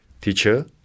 Teacher